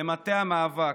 למטה המאבק,